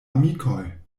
amikoj